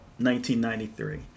1993